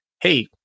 hey